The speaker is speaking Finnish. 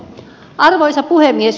arvoisa puhemies